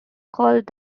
called